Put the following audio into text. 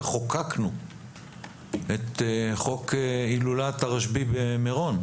וחוקקנו את חוק הילולת הרשב"י במירון.